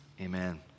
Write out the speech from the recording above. amen